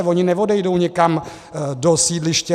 Oni neodejdou někam do sídliště